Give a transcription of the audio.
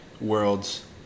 Worlds